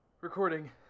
recording